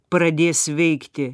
pradės veikti